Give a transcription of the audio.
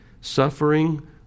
Suffering